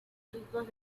chicos